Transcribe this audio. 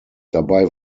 dabei